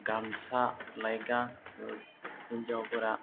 गामसा लायगां हिन्जावफोरा